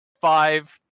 Five